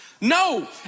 No